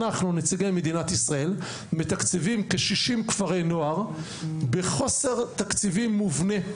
אנחנו נציגי מדינת ישראל מתקצבים כ-60 כפרי נוער בחוסר תקציבים מובנה,